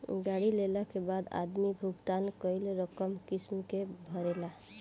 गाड़ी लेला के बाद आदमी भुगतान कईल रकम किस्त में भरेला